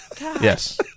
Yes